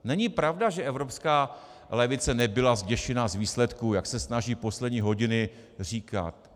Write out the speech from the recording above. Není pravda, že evropská levice nebyla zděšena z výsledků, jak se snaží poslední hodiny říkat.